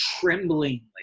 tremblingly